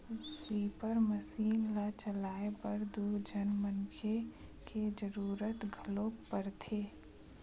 reaper machine ल चलाए बर दू झन मनखे के जरूरत घलोक परथे